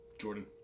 Jordan